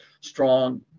strong